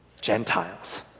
Gentiles